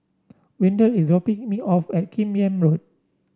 Windell is dropping me off at Kim Yam Road